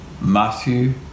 Matthew